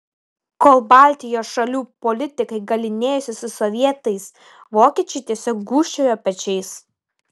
kol baltijos šalių politikai galynėjosi su sovietais vokiečiai tiesiog gūžčiojo pečiais